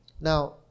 Now